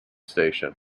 station